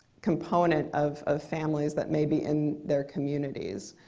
component of ah families that may be in their communities.